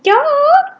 ya